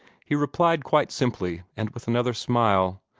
he replied quite simply, and with another smile,